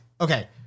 okay